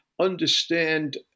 understand